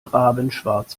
rabenschwarz